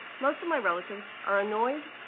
most of my relatives are annoyed,